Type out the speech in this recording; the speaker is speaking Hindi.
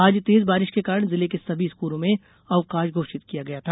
आज तेज बारिश के कारण जिले के सभी स्कूलों में अवकाश घोषित किया गया था